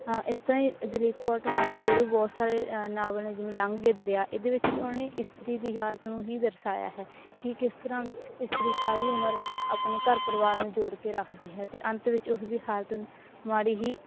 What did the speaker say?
ਇਸ ਤਰ੍ਹਾਂ ਦਲੀਪ ਕੌਰ ਟਿਵਾਣਾ ਦੇ ਹੋਰ ਵੀ ਬਹੁਤ ਸਾਰੇ ਨਾਵਲ ਨੇ ਜਿਵੇਂ ਲੰਘਦੇ ਦਰਿਆ ਇਹਦੇ ਵਿੱਚ ਵੀ ਉਹਨਾਂ ਨੇ ਇਸਤਰੀ ਦੀ ਹਾਲਤ ਨੂੰ ਹੀ ਦਰਸਾਇਆ ਹੈ ਕਿ ਕਿਸ ਤਰ੍ਹਾਂ ਇਸਤਰੀ ਸਾਰੀ ਉਮਰ ਆਪਣੇ ਘਰ ਪਰਿਵਾਰ ਨੂੰ ਜੋੜ ਕੇ ਰੱਖਦੀ ਹੈ ਅਤੇ ਅੰਤ ਵਿੱਚ ਉਸਦੀ ਹਾਲਤ ਮਾੜੀ ਹੀ